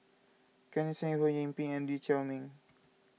Ken Seet Ho Yee Ping and Lee Chiaw Meng